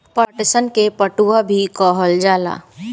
पटसन के पटुआ भी कहल जाला